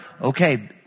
okay